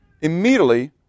immediately